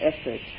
effort